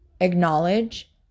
acknowledge